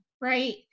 right